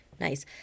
Nice